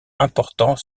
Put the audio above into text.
important